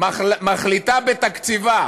מחליטה בתקציבה